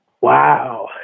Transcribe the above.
Wow